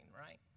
right